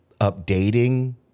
updating